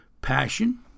Passion